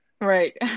Right